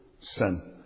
sin